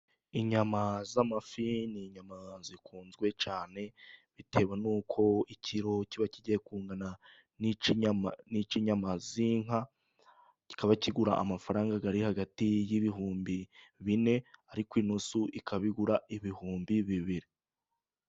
Inyama z'amafi ni inyama zikunzwe cyane. Bitewe n'uko ikiro kiba kigiye kungana n'icy'inyama z'inka. Kikaba kigura amafaranga ari hagati y'ibihumbi bine ariko inuso ika igura ibihumbi bibiri.